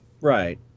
Right